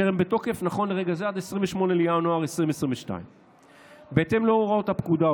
שהם בתוקף נכון לרגע זה עד 28 בינואר 2022. בהתאם להוראות הפקודה,